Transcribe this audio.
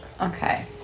Okay